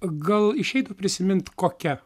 gal išeitų prisimint kokia